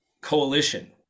coalition